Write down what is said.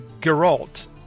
Geralt